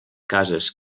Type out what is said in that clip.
cases